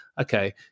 okay